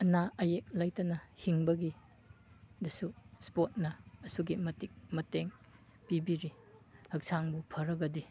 ꯑꯅꯥ ꯑꯌꯦꯛ ꯂꯩꯇꯅ ꯍꯤꯡꯕꯒꯤꯗꯁꯨ ꯏꯁꯄꯣꯔꯠꯅ ꯑꯁꯨꯛꯀꯤ ꯃꯇꯤꯛ ꯃꯇꯦꯡ ꯄꯤꯕꯤꯔꯤ ꯍꯛꯆꯥꯡꯕꯨ ꯐꯔꯒꯗꯤ